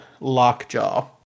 Lockjaw